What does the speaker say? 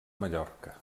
mallorca